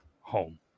home